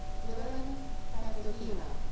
dylan castanhinha.